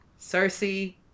Cersei